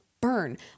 burn